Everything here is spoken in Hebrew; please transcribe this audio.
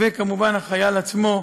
וכמובן החייל עצמו,